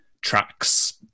tracks